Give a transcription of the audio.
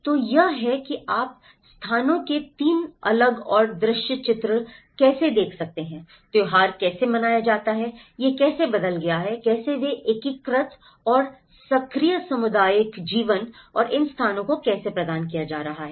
तो यह है कि आप स्थानों के 3 अलग और दृश्य चरित्र कैसे देख सकते हैं त्योहार कैसे हैं मनाया जाता है यह कैसे बदल गया है कैसे वे एकीकृत और सक्रिय सामुदायिक जीवन और इन स्थानों को कैसे प्रदान किया जा रहा है